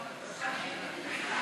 לך.